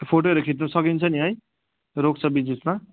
फोटोहरू खित्नु सकिन्छ नि है रोक्छ बिचबिचमा